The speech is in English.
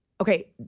Okay